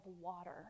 water